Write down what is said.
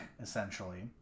essentially